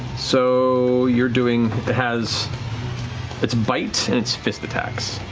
so you're doing has its bite and its fist attacks.